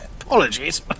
Apologies